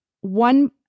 one